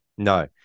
No